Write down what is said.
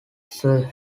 sir